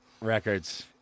records